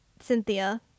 Cynthia